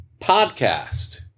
Podcast